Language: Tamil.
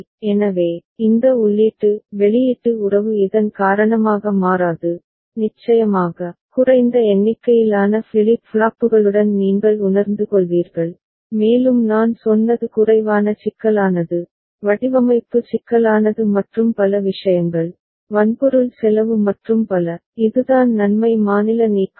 எனவே இந்த உள்ளீட்டு வெளியீட்டு உறவு இதன் காரணமாக மாறாது நிச்சயமாக குறைந்த எண்ணிக்கையிலான ஃபிளிப் ஃப்ளாப்புகளுடன் நீங்கள் உணர்ந்துகொள்வீர்கள் மேலும் நான் சொன்னது குறைவான சிக்கலானது வடிவமைப்பு சிக்கலானது மற்றும் பல விஷயங்கள் வன்பொருள் செலவு மற்றும் பல இதுதான் நன்மை மாநில நீக்குதல்